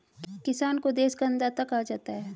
किसान को देश का अन्नदाता कहा जाता है